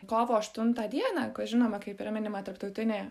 kovo aštuntą dieną kas žinoma kaip yra minima tarptautinė